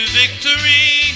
victory